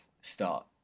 start